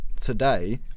today